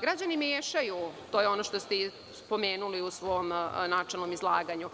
Građani većaju i to je ono što ste spomenuli u svom načelnom izlaganju,